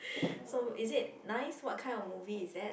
so is it nice what kind of movie is that